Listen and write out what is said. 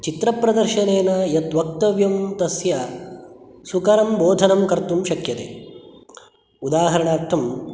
चित्रप्रदर्शनेन यद्वक्तव्यं तस्य सुकरं बोधनं कर्तुं शक्यते उदाहरणार्थं